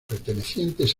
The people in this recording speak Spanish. pertenecientes